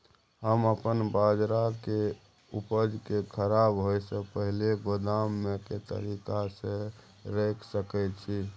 हम अपन बाजरा के उपज के खराब होय से पहिले गोदाम में के तरीका से रैख सके छी?